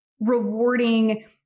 rewarding